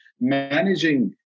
managing